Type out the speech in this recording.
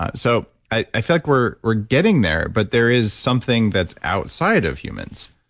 ah so i i feel like we're we're getting there, but there is something that's outside of humans